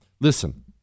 Listen